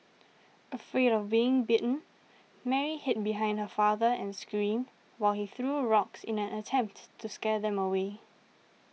afraid of getting bitten Mary hid behind her father and screamed while he threw rocks in an attempt to scare them away